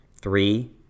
Three